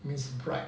means bright